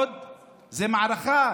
זה מערכה,